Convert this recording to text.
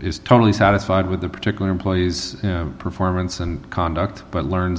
is totally satisfied with the particular employee's performance and conduct but learns